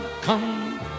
come